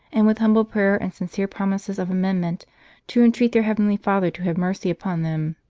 and with humble prayer and sincere promises of amendment to entreat their heavenly father to have mercy upon them.